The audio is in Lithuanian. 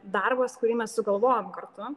darbas kurį mes sugalvojom kartu